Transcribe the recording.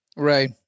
Right